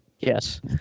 Yes